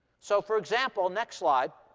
so for example next slide